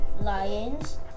lions